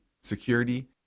security